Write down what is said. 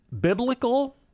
biblical